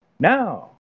Now